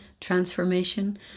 transformation